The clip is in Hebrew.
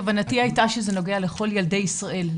כוונתי הייתה שזה נוגע לכל ילדי ישראל,